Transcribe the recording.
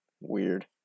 weird